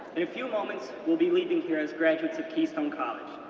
a few moments, we'll be leaving here as graduates of keystone college.